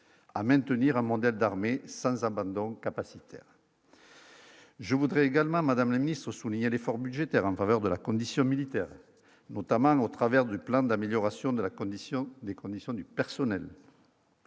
à maintenir un modèle d'armée sans abandon capacitaire. Je voudrais également Madame la ministre, souligné l'effort budgétaire en faveur de la condition militaire, notamment au travers du plan d'amélioration de la condition des